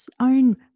own